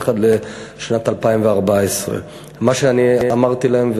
ואחד לשנת 2014. מה שאני אמרתי להם,